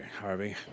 Harvey